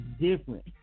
different